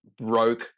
broke